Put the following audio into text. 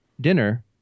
dinner